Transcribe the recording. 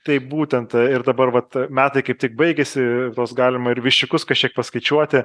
taip būtent e ir dabar vat metai kaip tik baigiasi vos galima ir viščiukus kažkiek paskaičiuoti